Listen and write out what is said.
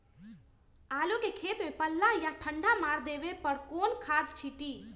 आलू के खेत में पल्ला या ठंडा मार देवे पर कौन खाद छींटी?